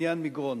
בעניין מגרון.